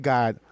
God